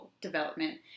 development